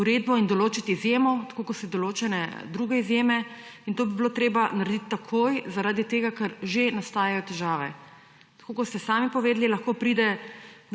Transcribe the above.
uredbo in določit izjemo, tako kot so določene druge izjeme. To bi bilo treba naredit takoj, zaradi tega, ker že nastajajo težave. Tako, kot ste sami povedali, lahko pride